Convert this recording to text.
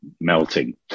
melting